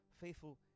faithful